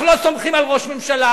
אנחנו לא סומכים על ראש ממשלה,